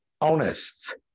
honest